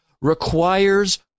requires